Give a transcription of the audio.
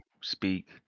speak